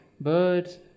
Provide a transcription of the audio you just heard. birds